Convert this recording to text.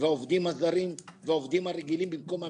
העובדים הזרים והעובדים הרגילים, במקום המדינה?